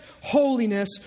holiness